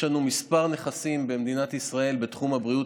יש לנו מספר נכסים במדינת ישראל בתחום הבריאות,